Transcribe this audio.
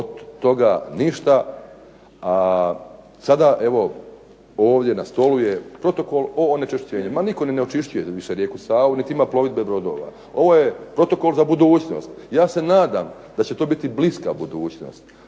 od toga ništa, a sada evo ovdje na stolu je protokol o onečišćenju. Ma nitko ni ne očišćuje rijeku Savu niti ima plovidbe brodova. Ovo je protokol za budućnost. Ja se nadam da će to biti bliska budućnost,